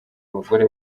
bagore